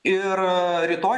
ir rytoj